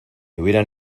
hubieran